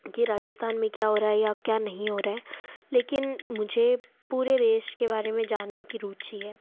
कि राजस्थान में क्या हो रहा हैं या क्या नहीं हो रहा हैं लेकिन मुझे पूरे देश के बारे में जानने की रुचि है